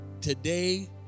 today